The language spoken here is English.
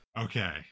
Okay